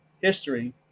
history